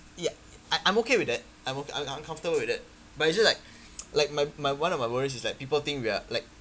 ya I I'm okay with that I'm o I'm I'm comfortable with that but it's just like like my my one of my worries is like people think we're like